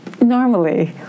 normally